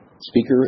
speaker